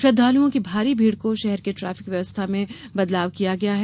श्रद्वालुओं की भारी भीड़ को शहर के ट्राफिक व्यवस्था में भी बदलाव किया गया है